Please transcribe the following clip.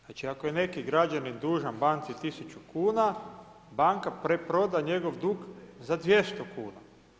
Znači, ako je neki građanin dužan banci 1000 kuna banka preproda njegov dug za 200 kuna.